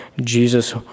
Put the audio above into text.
Jesus